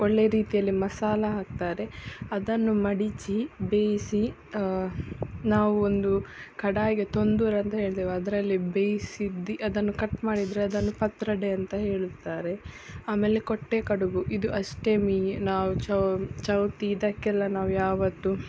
ಒಳ್ಳೆ ರೀತಿಯಲ್ಲಿ ಮಸಾಲ ಹಾಕ್ತಾರೆ ಅದನ್ನು ಮಡಚಿ ಬೇಯಿಸಿ ನಾವು ಒಂದು ಕಡಾಯಿಗೆ ತೊಂದರೆ ಅಂತ ಹೇಳ್ತೇವೆ ಅದರಲ್ಲಿ ಬೇಯಿಸಿದ್ದಿ ಅದನ್ನು ಕಟ್ ಮಾಡಿದ್ದರೆ ಅದನ್ನು ಪತ್ರೊಡೆ ಅಂತ ಹೇಳುತ್ತಾರೆ ಆಮೇಲೆ ಕೊಟ್ಟೇ ಕಡಬು ಇದು ಅಷ್ಟೆ ಮೀ ನಾವು ಚೌತಿ ಇದಕ್ಕೆಲ್ಲ ನಾವು ಯಾವತ್ತೂ